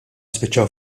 spiċċaw